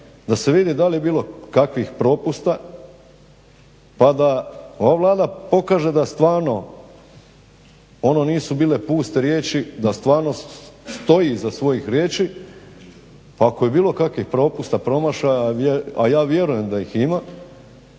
da se vidi da li je bilo kakvih propusta pa da ova Vlada pokaže da stvarno ono nisu bile puste riječi da stvarno stoji iza svojih riječi pa ako je bilo kakvih propusta, promašaja, a je vjerujem da ih ima,